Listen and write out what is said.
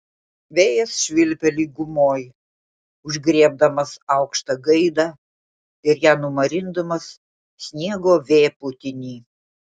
vėjas švilpia lygumoj užgriebdamas aukštą gaidą ir ją numarindamas sniego vėpūtiny